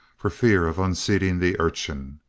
for fear of unseating the urchin.